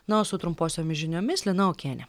na o su trumposiomis žiniomis lina okienė